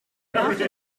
after